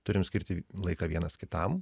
turim skirti laiką vienas kitam